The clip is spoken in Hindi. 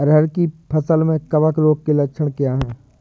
अरहर की फसल में कवक रोग के लक्षण क्या है?